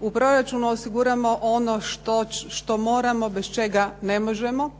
u proračunu osiguramo ono što moramo, bez čega ne možemo